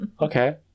Okay